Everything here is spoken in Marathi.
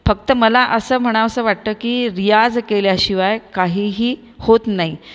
फक्त मला असं म्हणावसं वाटतं की रियाज केल्याशिवाय काहीही होत नाही